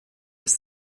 ist